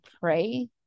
pray